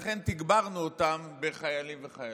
לכן תגברנו אותם בחיילים וחיילות.